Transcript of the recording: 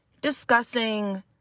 discussing